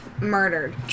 murdered